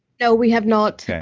no, we have not.